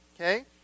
Okay